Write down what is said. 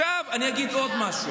אני אספר, זה לא קרה.